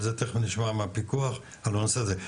אבל זה תיכף נשמע מהפיקוח על הנושא הזה.